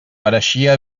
pareixia